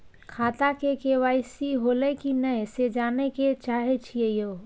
खाता में के.वाई.सी होलै की नय से जानय के चाहेछि यो?